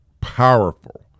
powerful